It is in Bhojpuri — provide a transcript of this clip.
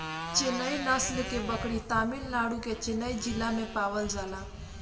चेन्नई नस्ल के बकरी तमिलनाडु के चेन्नई जिला में पावल जाला